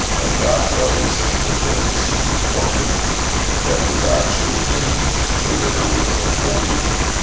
and that was, i think one of the cp foremen that was actually in the river with him, holding him.